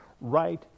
right